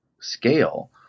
scale